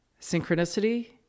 Synchronicity